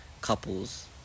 couples